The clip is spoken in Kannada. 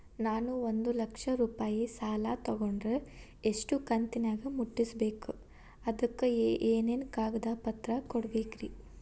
ನಾನು ಒಂದು ಲಕ್ಷ ರೂಪಾಯಿ ಸಾಲಾ ತೊಗಂಡರ ಎಷ್ಟ ಕಂತಿನ್ಯಾಗ ಮುಟ್ಟಸ್ಬೇಕ್, ಅದಕ್ ಏನೇನ್ ಕಾಗದ ಪತ್ರ ಕೊಡಬೇಕ್ರಿ?